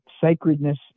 sacredness